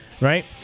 right